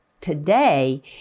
today